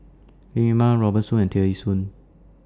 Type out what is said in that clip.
Linn in Ma Robert Soon and Tear Ee Soon